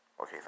Okay